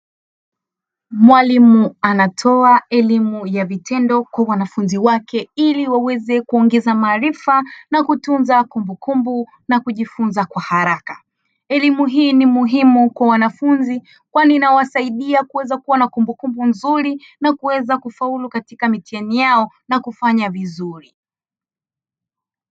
Mwalimu anatoa elimu ya vitendo kwa wanafunzi wake ili waweze kuongeza maarifa, kutunza kumbukumbu na kujifunza kwa haraka. Elimu hii ni muhimu kwa wanafunzi kwani inawasaidia kuwa na kumbukumbu nzuri, na kuweza kufaulu katika mitihani yao na kufanya vizuri.